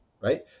Right